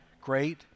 great